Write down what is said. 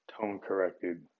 tone-corrected